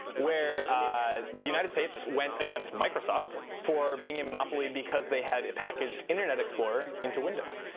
where the united states went against microsoft for being a monopoly because they had packaged internet explorer into windows.